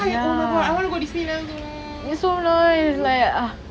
I oh my god I wanna go disneyland also oh